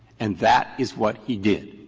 and that is what he did.